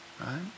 right